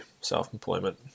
self-employment